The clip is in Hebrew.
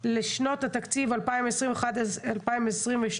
לשנות התקציב 2021 ו-2022),